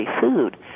food